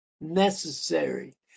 necessary